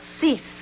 cease